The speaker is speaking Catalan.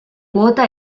quota